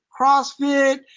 CrossFit